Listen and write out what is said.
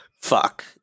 fuck